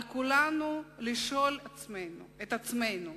על כולנו לשאול את עצמנו: